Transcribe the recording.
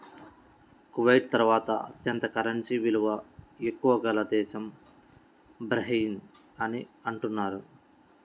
Kuwait తర్వాత అత్యంత currency విలువ ఎక్కువ గల దేశం బహ్రెయిన్ అని అంటున్నారు